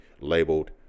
labeled